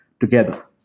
together